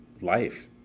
life